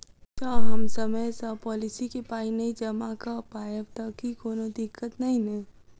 जँ हम समय सअ पोलिसी केँ पाई नै जमा कऽ पायब तऽ की कोनो दिक्कत नै नै?